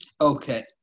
Okay